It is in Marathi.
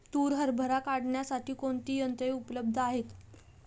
तूर हरभरा काढण्यासाठी कोणती यंत्रे उपलब्ध आहेत?